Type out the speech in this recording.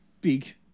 big